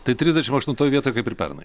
tai trisdešimt aštuntoj vietoj kaip ir pernai